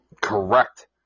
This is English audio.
Correct